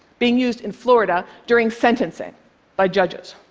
being used in florida during sentencing by judges.